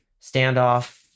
standoff